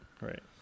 Right